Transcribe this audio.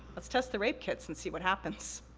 let's test the rape kits and see what happens.